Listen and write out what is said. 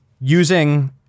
using